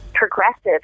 progressive